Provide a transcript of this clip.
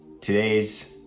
today's